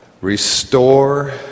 restore